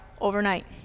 overnight